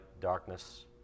darkness